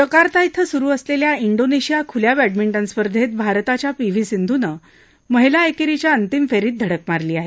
Jakarta क्रि सुरू असलेल्या डोनेशिया खुल्या बॅडमिंटन स्पर्धेत भारताच्या पी व्ही सिंधूनं महिला एकेरीच्या अंतिम फेरीत धडक मारली आहे